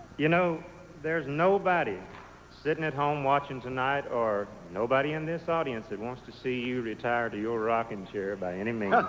you know there's nobody sitting at home watching or nobody in this audience that wants to see you retire to your rockin' chair by any means.